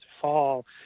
fall